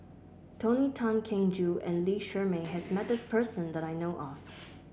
Tony Tan Keng Joo and Lee Shermay has met this person that I know of